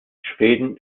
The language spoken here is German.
schweden